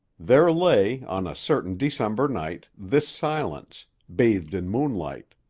there lay, on a certain december night, this silence, bathed in moonlight.